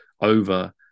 over